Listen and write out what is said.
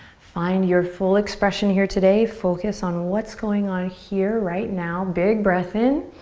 find your full expression here today. focus on what's going on here right now. big breath in.